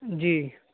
جی